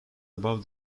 above